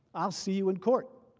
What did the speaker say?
i will see you in court.